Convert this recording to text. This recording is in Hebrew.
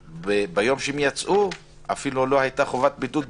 בהתחשב בזה שביום שהם יצאו בכלל אפילו לא הייתה חובת בידוד?